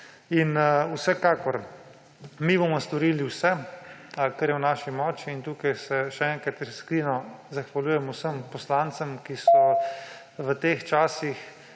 Vsekakor bomo mi storili vse, kar je v naši moči. In tukaj se še enkrat iskreno zahvaljujem vsem poslancem, ki so v teh časih,